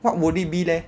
what would it be leh